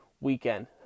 Weekend